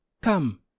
Come